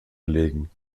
gelegen